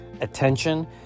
attention